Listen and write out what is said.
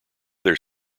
their